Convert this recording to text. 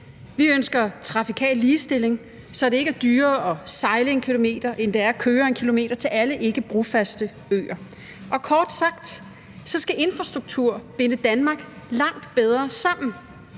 Vi ønsker trafikal ligestilling, så det ikke er dyrere at sejle 1 km, end det er at køre 1 km, til alle ikkebrofaste øer. Og kort sagt skal infrastruktur binde Danmark langt bedre sammen.